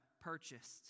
purchased